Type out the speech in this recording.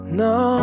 no